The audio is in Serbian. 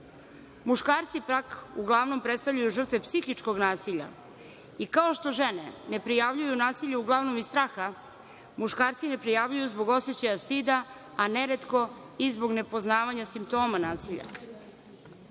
Muškarci, pak, uglavnom predstavljaju žrtve psihičkog nasilja i kao što žene ne prijavljuju nasilje uglavnom iz straha, muškarci ne prijavljuju zbog osećaja stida, a neretko i zbog nepoznavanja simptoma nasilja.